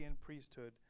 priesthood